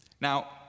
Now